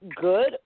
good